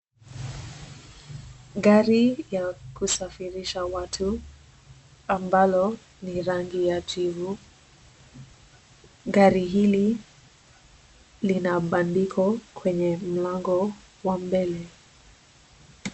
Gari ya kusafirisha watu ambalo ni rangi ya jivu. Gari hili lina bandiko kwenye mlango wa mbele.